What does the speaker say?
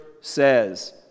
says